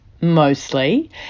mostly